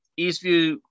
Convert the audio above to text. eastview